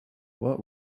what